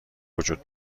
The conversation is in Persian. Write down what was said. وجود